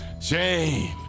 Shame